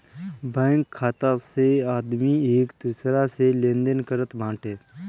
bank खाता से आदमी एक दूसरा से लेनदेन करत बाटे